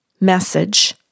message